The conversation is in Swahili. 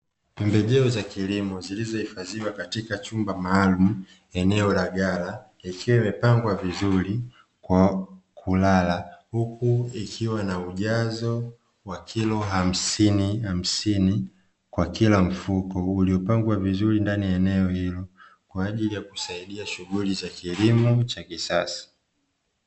Pembejeo za kilimo zilizohifadhiwa katika chumba maalum eneo la ghala ikiwa imepangwa vizuri kwa kulala, huku ikiwa na ujazo wa kilo hamsini hamsini kwa kila mfuko ulipangwa vizuri ndani ya eneo hilo kwa ajili ya kusaidia shughuli za kilimo cha kisasa.